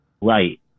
Right